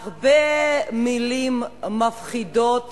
הרבה מלים מפחידות